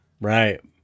right